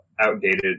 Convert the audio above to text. outdated